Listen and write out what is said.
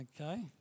Okay